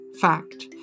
fact